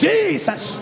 Jesus